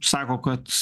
sako kad